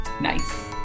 Nice